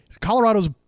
Colorado's